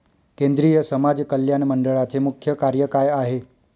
केंद्रिय समाज कल्याण मंडळाचे मुख्य कार्य काय आहे?